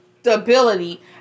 stability